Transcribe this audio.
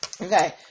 Okay